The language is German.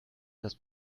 das